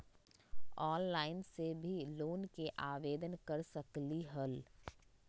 Online से भी loan के आवेदन कर सकलीहल?